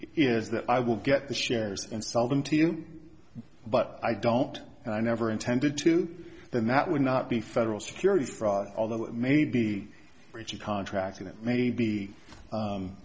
is that i will get the shares and sell them to you but i don't and i never intended to then that would not be federal securities fraud although it may be breach of contract and it may be